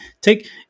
Take